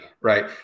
right